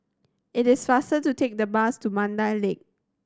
it is faster to take the bus to Mandai Lake